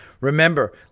remember